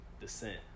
descent